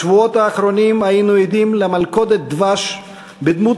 בשבועות האחרונים היינו עדים למלכודת דבש בדמות